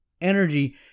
energy